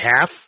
Half